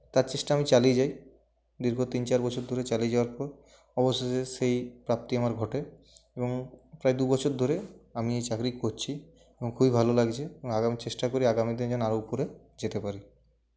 তার চেষ্টা আমি চালিয়ে যাই দীর্ঘ তিন চার বছর ধরে চালিয়ে যাওয়ার পর অবশেষে সেই প্রাপ্তি আমার ঘটে এবং প্রায় দুবছর ধরে আমি এই চাকরি করছি এবং খুবই ভালো লাগছে আগামী চেষ্টা করি আগামীতে যেন আরও উপরে যেতে পারি